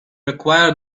acquired